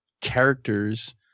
characters